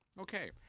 Okay